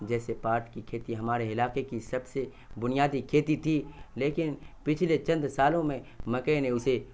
جیسے پاٹ کی کھیتی ہمارے علاقے کی سب سے بنیادی کھیتی تھی لیکن پچھلے چند سالوں میں مکئی نے اسے